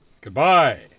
Goodbye